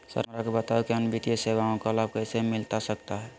Sir हमरा के बताओ कि अन्य वित्तीय सेवाओं का लाभ कैसे हमें मिलता सकता है?